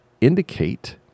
indicate